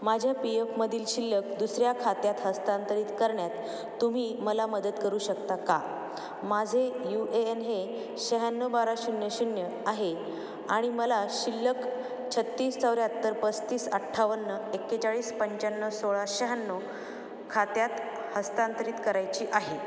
माझ्या पी येफमधील शिल्लक दुसऱ्या खात्यात हस्तांतरित करण्यात तुम्ही मला मदत करू शकता का माझे यू ए एन हे शहाण्णव बारा शून्य शून्य आहे आणि मला शिल्लक छत्तीस चौऱ्याहत्तर पस्तीस अठ्ठावन्न एक्केचाळीस पंचाण्णव सोळा शहाण्णव खात्यात हस्तांतरित करायची आहे